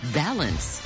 balance